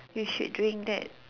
you should drink that